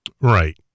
Right